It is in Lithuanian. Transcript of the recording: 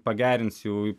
pagerins jų